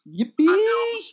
Yippee